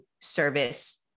service